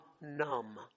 numb